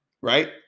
Right